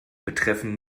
betreffen